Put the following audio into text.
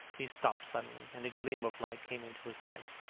he stopped suddenly, and a gleam of light came into his eyes.